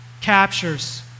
captures